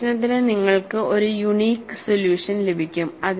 ഒരു പ്രശ്നത്തിന് നിങ്ങൾക്ക് ഒരു യൂണീക് സൊല്യൂഷൻ ലഭിക്കും